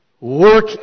work